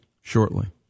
shortly